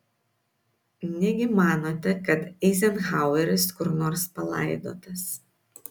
negi manote kad eizenhaueris kur nors palaidotas